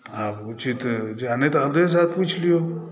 आब उचित नहि तऽ अवधेश झासँ पुछि लियौ